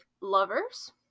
lovers